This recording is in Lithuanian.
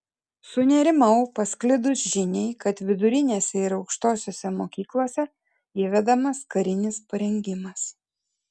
sunerimau pasklidus žiniai kad vidurinėse ir aukštosiose mokyklose įvedamas karinis parengimas